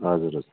हजुर हजुर